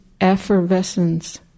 effervescence